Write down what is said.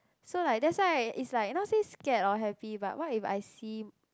so like that's why it's like not say scared or happy but what if I see